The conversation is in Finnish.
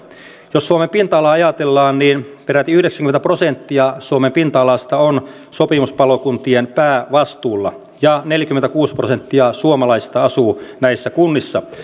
jos suomen pinta alaa ajatellaan niin peräti yhdeksänkymmentä prosenttia suomen pinta alasta on sopimuspalokuntien päävastuulla ja neljäkymmentäkuusi prosenttia suomalaisista asuu näissä kunnissa